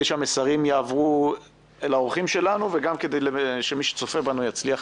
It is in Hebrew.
שהמסרים יעברו לאורחים שלנו וגם כדי שמי שצופה בנו יצליח